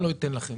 אני לא אתן לכם.